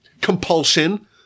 compulsion